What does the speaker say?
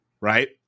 right